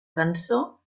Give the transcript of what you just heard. cançó